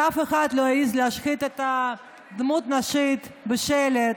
שאף אחד לא יעז להשחית דמות נשית בשלט,